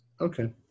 Okay